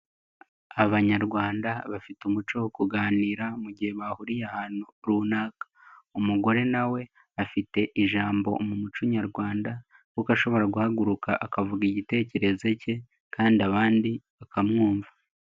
Abanyarwanda bafite umuco wo kuganira, mu gihe bahuriye ahantu runaka, umugore nawe afite ijambo mu muco nyarwanda kuko ashobora guhaguruka, akavuga igitekerezo cye kandi abandi bakamwumva.